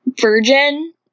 virgin